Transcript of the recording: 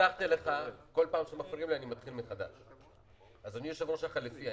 אחד נבחר בפריימריז במפלגה שלו.